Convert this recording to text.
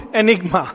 enigma